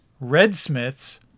redsmiths